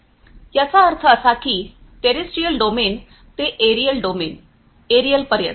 याचा अर्थ असा की टेरिस्टियल डोमेन ते एरियल पर्यंत